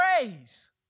praise